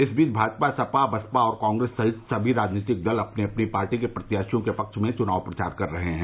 इस बीच भाजपा सपा बसपा और कांग्रेस सहित सभी राजनीतिक दल अपनी अपनी पार्टी के प्रत्याशियों के पक्ष में चुनाव प्रचार कर रहे हैं